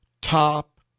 top